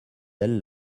elle